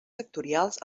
sectorials